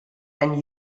and